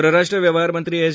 परराष्ट्र व्यवहारमंत्री एस